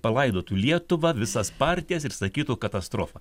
palaidotų lietuvą visas partijas ir sakytų katastrofa